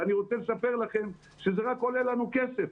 אני רוצה לספר לכם שזה רק עולה לנו כסף.